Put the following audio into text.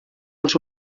els